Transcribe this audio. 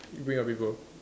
you bring your paper